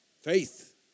Faith